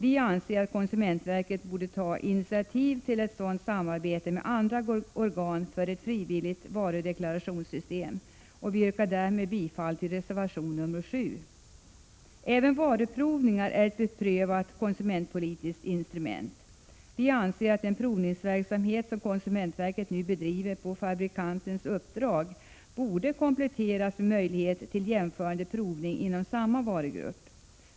Vi anser att konsumentverket borde ta initiativ till ett sådant samarbete med andra organ för ett frivilligt varudeklarationssystem. Vi yrkar därmed bifall till reservation 7. Även varuprovningar är ett beprövat konsumentpolitiskt instrument. Vi anser att den provningsverksamhet som konsumentverket nu bedriver på fabrikantens uppdrag borde kompletteras med möjlighet till jämförande provning inom samma varugrupp.